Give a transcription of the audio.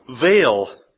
veil